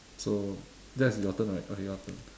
so that's your turn right okay your turn